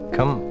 Come